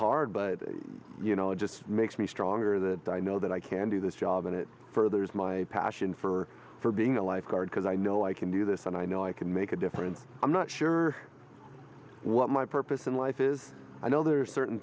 hard but you know it just makes me stronger that i know that i can do this job and it furthers my passion for for being a lifeguard because i know i can do this and i know i can make a difference i'm not sure what my purpose in life is i know there are certain